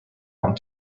want